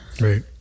right